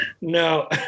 No